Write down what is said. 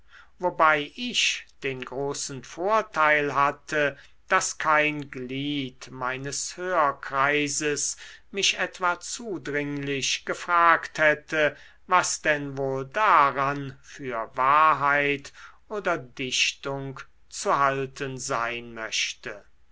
wobei ich den großen vorteil hatte daß kein glied meines hörkreises mich etwa zudringlich gefragt hätte was denn wohl daran für wahrheit oder dichtung zu halten sein möchte